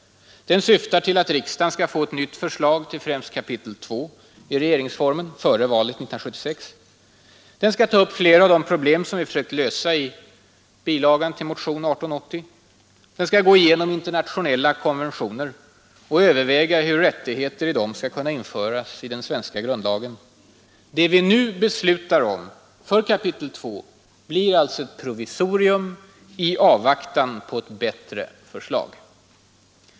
Den syftar till att riksdagen skall få ett nytt förslag till främst kapitel 2 i regeringsformen före valet 1976. Den skall ta upp flera av de problem som vi sökt lösa i bilagan till motionen 1880. Den skall gå igenom internationella konventioner och överväga hur rättigheter i dem skall kunna införas i den svenska grundlagen. Det vi nu beslutar om för kapitel 2 blir alltså ett provisorium i avvaktan på ett bättre förslag.